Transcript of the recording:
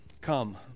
come